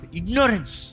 ignorance